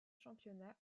championnats